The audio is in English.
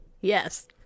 Yes